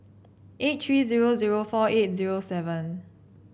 eight three zero zero four eight zero seven